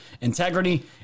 integrity